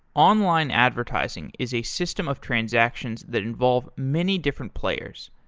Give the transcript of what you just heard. online advertising is a system of transactions that involve many different players.